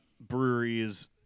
breweries